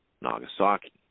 Nagasaki